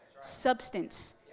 substance